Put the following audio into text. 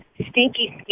stinky